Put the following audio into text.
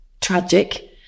Tragic